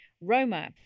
roma